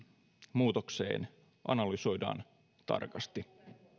muutokseen analysoidaan tarkasti